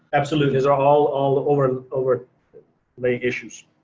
absolutely as are all all over and over the issues.